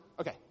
okay